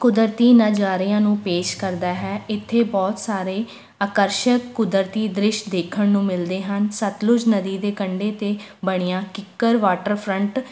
ਕੁਦਰਤੀ ਨਜ਼ਾਰਿਆਂ ਨੂੰ ਪੇਸ਼ ਕਰਦਾ ਹੈ ਇੱਥੇ ਬਹੁਤ ਸਾਰੇ ਆਕਰਸ਼ਿਤ ਕੁਦਰਤੀ ਦ੍ਰਿਸ਼ ਦੇਖਣ ਨੂੰ ਮਿਲਦੇ ਹਨ ਸਤਲੁਜ ਨਦੀ ਦੇ ਕੰਢੇ 'ਤੇ ਬਣਿਆ ਕਿੱਕਰ ਵਾਟਰਫਰਨਟ